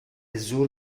زور